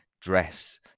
dress